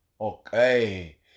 Okay